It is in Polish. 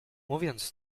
mówiąc